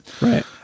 Right